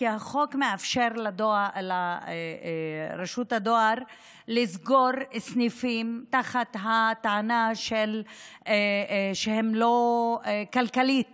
כי החוק מאפשר לרשות הדואר לסגור סניפים בטענה שהם כלכלית